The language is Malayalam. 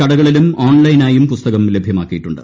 കടകളിലും ഓൺലൈനായും പുസ്തകം ലഭൃമാക്കിയിട്ടുണ്ട്